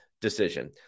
decision